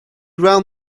round